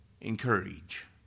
encourage